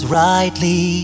rightly